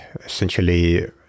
essentially